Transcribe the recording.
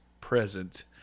present